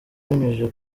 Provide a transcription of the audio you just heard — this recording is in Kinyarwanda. abinyujije